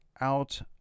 out